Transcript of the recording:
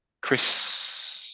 Chris